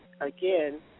again